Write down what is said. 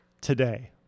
today